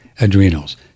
Adrenals